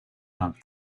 not